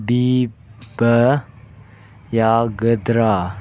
ꯕꯤꯕ ꯌꯥꯒꯗ꯭ꯔꯥ